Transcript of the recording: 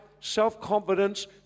self-confidence